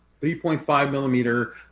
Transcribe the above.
3.5-millimeter